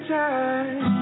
time